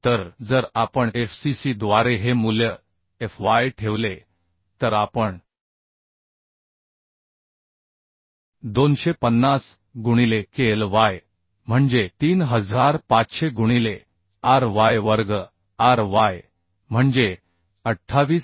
तर जर आपण FCC द्वारे हे मूल्य Fy ठेवले तर आपण 250 गुणिले KLy म्हणजे 3500 गुणिले Ry वर्ग Ry म्हणजे 28